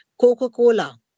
Coca-Cola